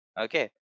okay